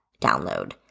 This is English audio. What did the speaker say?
download